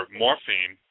morphine